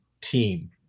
team